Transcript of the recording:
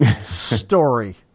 story